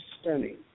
stunning